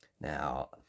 Now